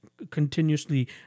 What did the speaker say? continuously